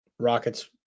Rockets